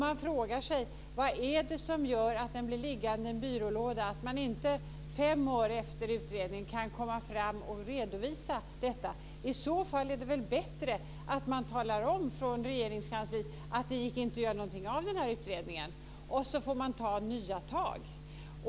Jag frågar mig vad som gör att den blir liggande i en byrålåda och varför man inte fem år efter det att utredningen blivit färdig kan redovisa den. I så fall är det väl bättre att man från Regeringskansliet talar om att det inte gick att göra någonting av utredningen och tar nya tag.